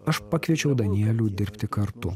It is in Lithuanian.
aš pakviečiau danielių dirbti kartu